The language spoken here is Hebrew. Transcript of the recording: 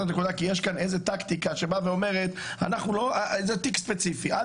הנקודה כי יש כאן איזו טקטיקה שבאה ואומרת זה תיק ספציפי,